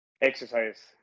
exercise